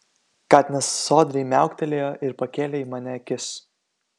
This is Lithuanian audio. katinas sodriai miauktelėjo ir pakėlė į mane akis